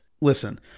Listen